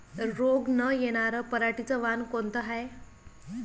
रोग न येनार पराटीचं वान कोनतं हाये?